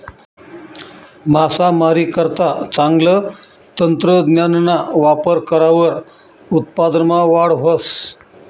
मासामारीकरता चांगलं तंत्रज्ञानना वापर करावर उत्पादनमा वाढ व्हस